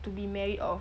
to be married off